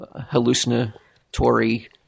hallucinatory